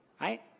Right